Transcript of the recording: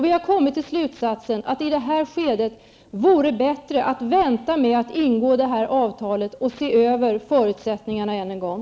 Vi har kommit till slutsatsen att det i det här skedet vore bättre att vänta med att ingå detta avtal och i stället se över förutsättningarna än en gång.